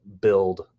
build